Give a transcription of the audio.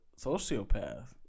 sociopath